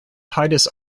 titus